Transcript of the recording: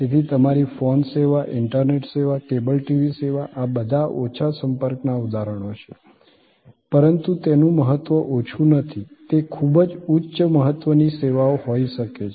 તેથી તમારી ફોન સેવા ઇન્ટરનેટ સેવા કેબલ ટીવી સેવા આ બધા ઓછા સંપર્કના ઉદાહરણો છે પરંતુ તેનું મહત્વ ઓછું નથી તે ખૂબ જ ઉચ્ચ મહત્વની સેવા હોઈ શકે છે